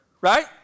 right